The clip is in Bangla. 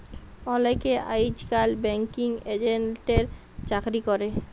অলেকে আইজকাল ব্যাঙ্কিং এজেল্টের চাকরি ক্যরে